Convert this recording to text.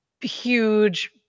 huge